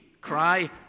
cry